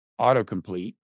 autocomplete